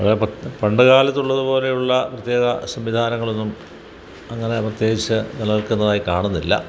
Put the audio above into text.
അത് പണ്ട് കാലത്തുള്ളതു പോലെയുള്ള പ്രത്യേക സംവിധാനങ്ങൾ ഒന്നും അങ്ങനെ പ്രത്യേകിച്ച് നിലനിൽക്കുന്നതായി കാണുന്നില്ല